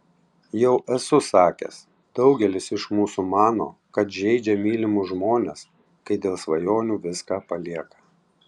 jau esu sakęs daugelis iš mūsų mano kad žeidžia mylimus žmones kai dėl svajonių viską palieka